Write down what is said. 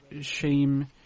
shame